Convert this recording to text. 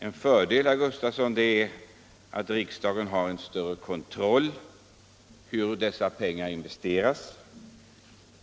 En fördel med det system som jag förordar är att riksdagen har en större kontroll över hur dessa pengar investeras.